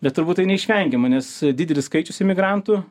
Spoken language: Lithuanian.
bet turbūt tai neišvengiama nes didelis skaičius emigrantų